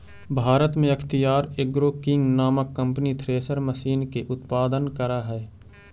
भारत में अख्तियार agro king नामक कम्पनी थ्रेसर मशीन के उत्पादन करऽ हई